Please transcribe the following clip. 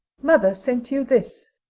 mother sent you this,